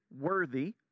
worthy